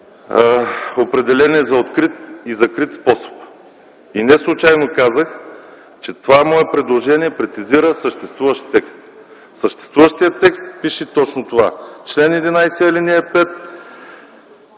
определение за открит и закрит способ. И неслучайно казах, че това мое предложение прецизира съществуващ текст. В съществуващия текст пише точно това – чл. 11, ал. 5: